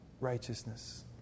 righteousness